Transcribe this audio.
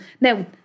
Now